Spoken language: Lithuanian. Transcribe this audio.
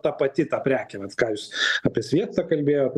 ta pati ta prekė vat ką jūs apie sviestą kalbėjot